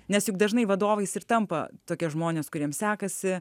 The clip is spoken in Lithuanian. nes juk dažnai vadovais ir tampa tokie žmonės kuriem sekasi